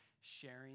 sharing